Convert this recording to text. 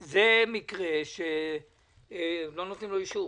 מיקי, זה מקרה שהם לא נותנים לו אישור,